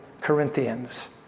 Corinthians